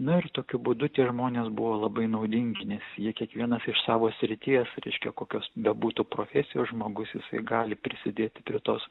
nu ir tokiu būdu tie žmonės buvo labai naudingi nes jie kiekvienas iš savo srities reiškia kokios bebūtų profesijos žmogus jisai gali prisidėti prie tos